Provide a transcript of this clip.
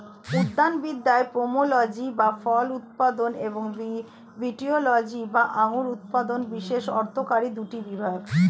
উদ্যানবিদ্যায় পোমোলজি বা ফল উৎপাদন এবং ভিটিলজি বা আঙুর উৎপাদন বিশেষ অর্থকরী দুটি বিভাগ